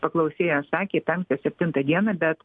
paklausėjas sakė penktą septintą dieną bet